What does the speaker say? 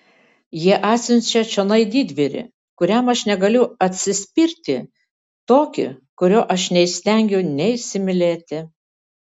jie atsiunčia čionai didvyrį kuriam aš negaliu atsispirti tokį kurio aš neįstengiu neįsimylėti